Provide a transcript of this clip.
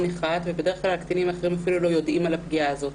אחד ובדרך כלל הקטינים האחרים אפילו לא יודעים על הפגיעה הזו,